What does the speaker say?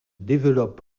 développe